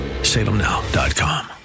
Salemnow.com